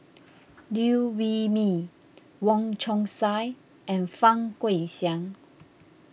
Liew Wee Mee Wong Chong Sai and Fang Guixiang